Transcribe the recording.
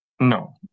No